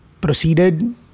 proceeded